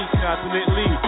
constantly